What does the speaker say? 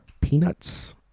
peanuts